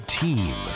team